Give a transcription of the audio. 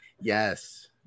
Yes